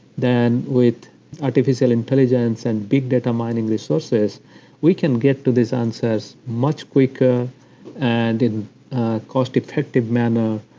then with artificial intelligence and big data mining resources we can get to these answers much quicker and in cost-effective manner,